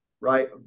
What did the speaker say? right